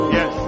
Yes